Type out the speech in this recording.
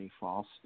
false